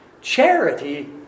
charity